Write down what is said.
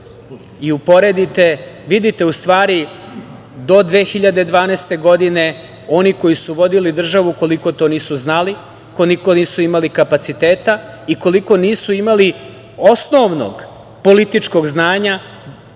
i uporedite, vidite u stvari do 2012. godine oni koji su vodili državu, koliko to nisu znali, koliko nisu imali kapaciteta i koliko nisu imali osnovnog političkog znanja